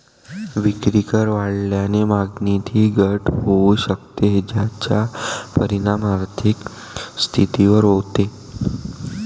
विक्रीकर वाढल्याने मागणीतही घट होऊ शकते, ज्याचा परिणाम आर्थिक स्थितीवर होतो